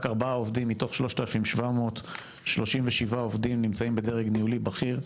רק 4 עובדים מתוך 3737 עובדים נמצאים בדרג ניהולי בכיר,